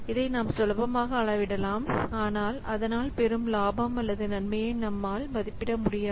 இதை நாம் சுலபமாக அளவிடலாம் ஆனால் அதனால் பெரும் லாபம் அல்லது நன்மையை நம்மால் மதிப்பிட முடியாது